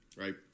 right